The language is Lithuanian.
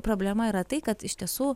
problema yra tai kad iš tiesų